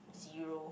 zero